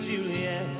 Juliet